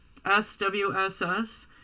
SWSS